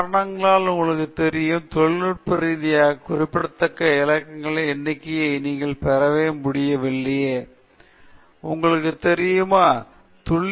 சில காரணங்களால் உங்களுக்குத் தெரியுமா தொழில்நுட்ப ரீதியாக குறிப்பிடத்தக்க இலக்கங்களின் எண்ணிக்கையை நீங்கள் பெற முடியவில்லையே ஏன் சில அளவுகளை இப்போது வேறு மதிப்புக்கு துல்லியமாகவும் சிலர் அதே அளவுக்கு இல்லை என சொல்லி கீழே விளக்கத்தை வைக்க வேண்டும்